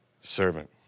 servant